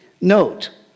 note